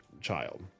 child